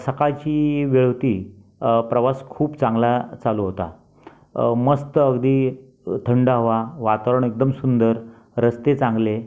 सकाळची वेळ होती प्रवास खूप चांगला चालू होता मस्त अगदी थंड हवा वातावरण एकदम सुंदर रस्ते चांगले